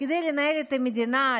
כדי לנהל את המדינה,